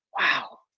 wow